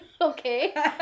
Okay